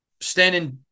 standing